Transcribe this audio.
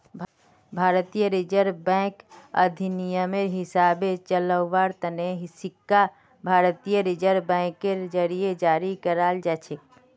भारतीय reserve bank अधिनियमेर हिसाबे चलव्वार तने सिक्का भारतीय रिजर्व बैंकेर जरीए जारी कराल जाछेक